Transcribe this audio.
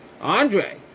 Andre